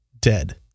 dead